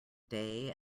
day